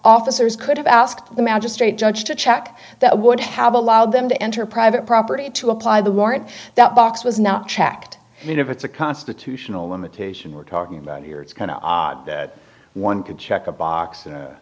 officers could have asked the magistrate judge to check that would have allowed them to enter private property to apply the warrant that box was not checked i mean if it's a constitutional limitation we're talking about here it's kind of odd that one could check a box a